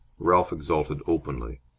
ralph exulted openly.